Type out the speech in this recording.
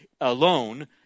alone